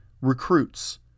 recruits